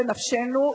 בנפשנו,